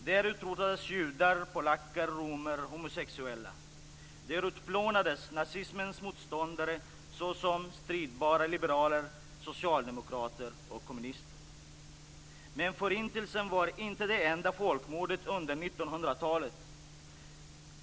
Där utrotades judar, polacker, romer och homosexuella. Där utplånades nazismens motståndare såsom stridbara liberaler, socialdemokrater och kommunister. Men Förintelsen var inte det enda folkmordet under 1900-talet.